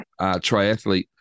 triathlete